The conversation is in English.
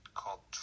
called